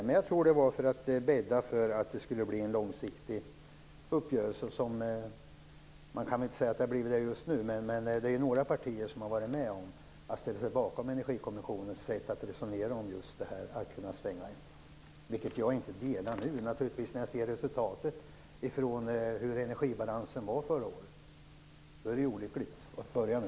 Jag tror att avsikten var att bädda för en långsiktig uppgörelse. Man kan inte säga just nu att det blev det. Några partier har ställt sig bakom Energikommissionens sätt att resonera om stängningen av en reaktor. Jag delar naturligtvis inte den uppfattningen nu, när jag ser energibalansen från förra året. Mot den bakgrunden är det olyckligt att börja nu.